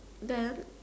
then